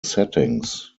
settings